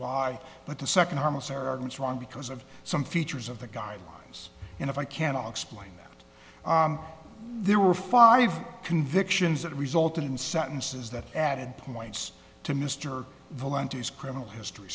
why but the second harmless arrogance wrong because of some features of the guidelines and if i can i'll explain that there were five convictions that resulted in sentences that added points to mr valenti's criminal history